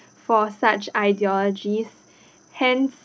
for such ideologies hence